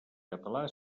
català